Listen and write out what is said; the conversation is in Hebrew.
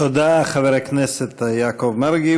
תודה, חבר הכנסת יעקב מרגי.